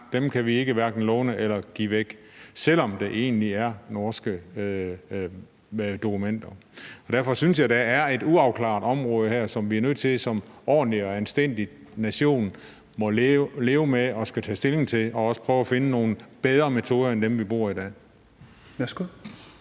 dem kan vi hverken låne eller give væk, selv om det egentlig er norske dokumenter. Derfor synes jeg, der her er et uafklaret område, som vi som en ordentlig og anstændig nation er nødt til at måtte leve med at skulle tage stilling til og også prøve at finde nogle bedre metoder end dem, vi bruger i dag.